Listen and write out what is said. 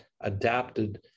adapted